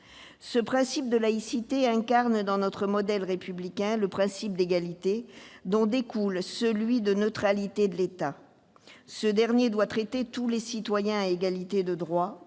Ce principe de laïcité incarne, dans notre modèle républicain, le principe d'égalité, dont découle celui de neutralité de l'État. Ce dernier doit traiter tous les citoyens à égalité de droits,